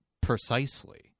precisely